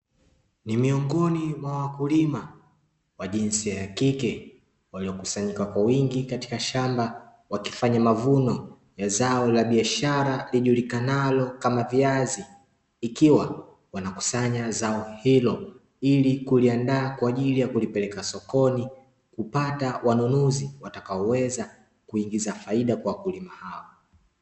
Ni miongoni mwa wakulima wa jinsia ya kike, waliokusanyika kwa wingi katika shamba wakifanya mavuno ya zao la biashara lijulikanayo kama viazi, ikiwa wanakusanya zao hilo ili kuliandaa kwa ajili ya kulipeleka sokoni kupata wanunuzi watakaoweza kuingiza faida kwa wakulima hao.